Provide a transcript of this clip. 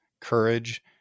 courage